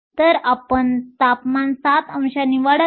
तर आपण तापमान 7 अंशांनी वाढवले